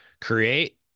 create